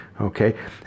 Okay